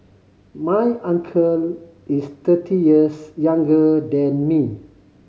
my uncle is thirty years younger than me